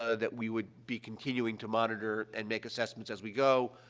ah that we would be continuing to monitor and make assessments as we go,